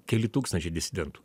keli tūkstančiai disidentų